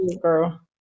girl